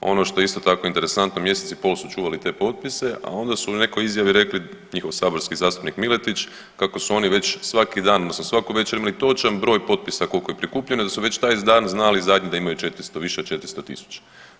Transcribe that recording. Ono što je isto tako interesantno, mjesec i pol su čuvali te potpise, a onda su u nekoj izjavi rekli njihov saborski zastupnik Miletić kako su oni već svaki dan odnosno svaku večer imali točan broj potpisa koliko je prikupljeno da su već taj dan znali zadnji da imamo više od 400 tisuća.